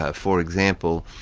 ah for example,